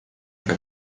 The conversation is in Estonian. aga